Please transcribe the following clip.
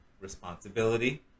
responsibility